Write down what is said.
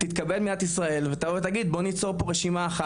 תתכבד מדינת ישראל ותבוא ותגיד בוא ניצור פה רשימה אחת.